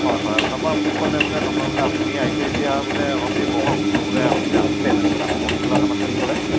হয় হয় তাৰপৰা মোক ক'লে বোলে নহয় বোলে আপুনি আহিছে যেতিয়া বোলে অলপ দেৰি বহক মোক বোলে আপুনি নছিলে কাৰণ নাহে অফিচলৈ অহা নাছিল বুলি ক'লে